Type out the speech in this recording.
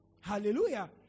Hallelujah